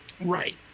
Right